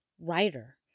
writer